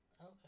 Okay